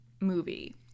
movie